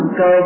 go